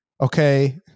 okay